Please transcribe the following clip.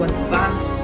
advance